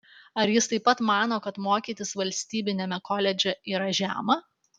ar jis taip pat mano kad mokytis valstybiniame koledže yra žema